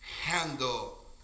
handle